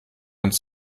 uns